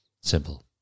Simple